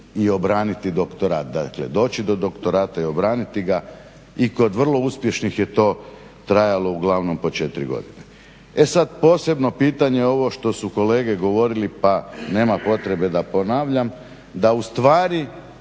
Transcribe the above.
i obraniti doktorat. Dakle, doći do doktorata i obraniti ga i kod vrlo uspješnih je to trajalo uglavnom po četiri godine. E sad, posebno pitanje ovo što su kolege govorili pa nema potrebe da ponavljam, da ustvari